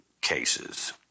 cases